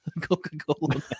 Coca-Cola